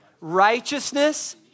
Righteousness